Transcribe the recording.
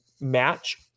match